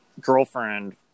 girlfriend